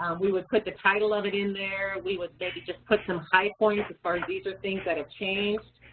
we would put the title of it in there, we would maybe just put some high points as far as these are things that have changed,